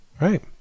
right